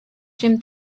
jim